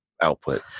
output